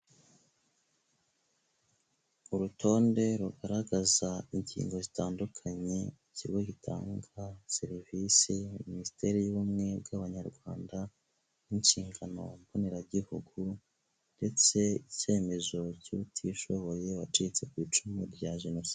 Urutonde rugaragaza ingingo zitandukanye, ikigo gitanga serivisi, minisiteri y'ubumwe bw'abanyarwanda n'inshingano mbonera gihugu ndetse icyemezo cy'utishoboye wacitse ku icumu rya Jenoside.